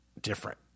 different